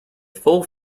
full